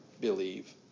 believe